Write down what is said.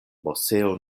moseo